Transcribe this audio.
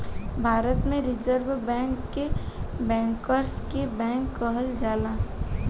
भारत में reserve bank के bankers के बैंक कहल जाला